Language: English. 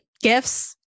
gifts